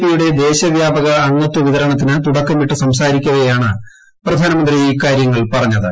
പിയുടെ ദേശവ്യാപക അംഗത്വ വിതരണത്തിന് തുടക്കമിട്ട് സംസാരിക്കവെയാണ് പ്രധാനമന്ത്രി ഇക്കാരൃങ്ങൾ പറഞ്ഞത്